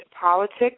politics